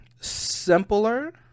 simpler